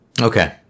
Okay